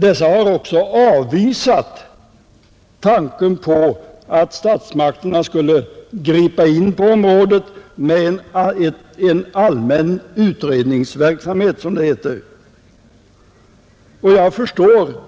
Dessa har också avvisat tanken på att statsmakterna skulle gripa in på området med, som det heter, en allmän utredningsverksamhet. Och jag har förståelse